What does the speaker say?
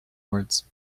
words